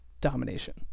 domination